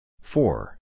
Four